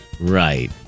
Right